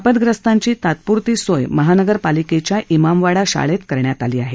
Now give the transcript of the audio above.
आपदग्रस्तांची तात्पूरती सोय महानगर पालिकेच्या इमामवाडा शाळेत करण्यात आली आहे